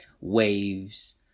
waves